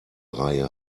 reihe